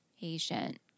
patient